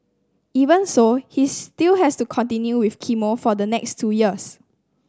even so he still has to continue with chemo for the next two years